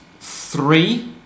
three